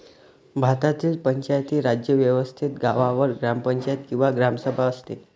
भारतातील पंचायती राज व्यवस्थेत गावावर ग्रामपंचायत किंवा ग्रामसभा असते